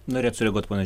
norėjot sureaguot pone